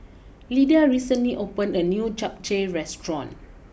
Lydia recently opened a new Japchae restaurant